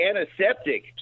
antiseptic